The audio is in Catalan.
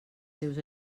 seus